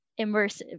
immersive